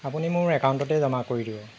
আপুনি মোৰ একাউণ্টতেই জমা কৰি দিব